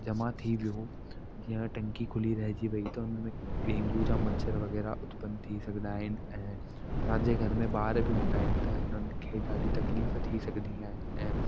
जमा थी वियो जीअं टंकी खुली रहिजी वयी त हुनमें डेंगू जा मच्छर वग़ैरह उत्पन थी सघंदा आहिनि ऐं असांजे घर में ॿार बि हूंदा आहिनि त हुनखे ॾाढी तकलीफ़ थी सघंदी आहे ऐं